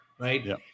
Right